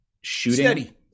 shooting